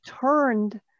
turned